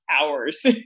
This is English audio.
hours